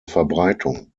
verbreitung